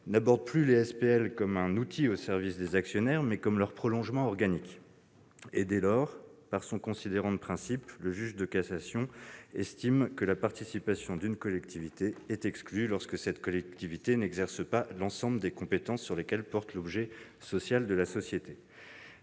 n'aborde plus les SPL comme un outil au service des actionnaires, mais comme leur prolongement organique. Dès lors, par son considérant de principe, le juge de cassation estime que « la participation d'une collectivité est exclue lorsque cette collectivité n'exerce pas l'ensemble des compétences sur lesquelles porte l'objet social de la société